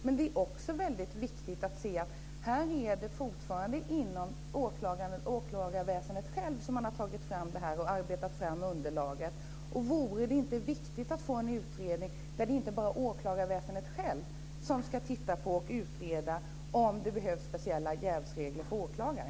Men det är också väldigt viktigt att se att det är inom åklagarväsendet självt som man har tagit fram den och arbetat fram underlaget. Vore det inte viktigt att få en utredning där inte bara åklagarväsendet självt ska titta på och utreda om det behövs speciella jävsregler för åklagare?